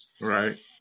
Right